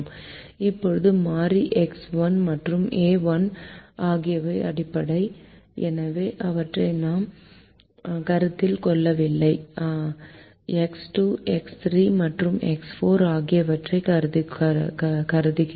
இப்போது மாறி எக்ஸ் 1 மற்றும் ஏ 1 ஆகியவை அடிப்படை எனவே அவற்றை நாம் கருத்தில் கொள்ளவில்லை எக்ஸ் 2 எக்ஸ் 3 மற்றும் எக்ஸ் 4 ஆகியவற்றைக் கருதுகிறோம்